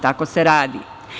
Tako se radi.